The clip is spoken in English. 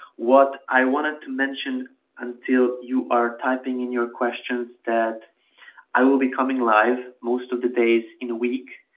what i wanted to mention until you are typing in your questions that i will be coming live most of the days in a week.